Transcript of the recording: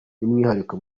by’umwihariko